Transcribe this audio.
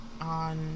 on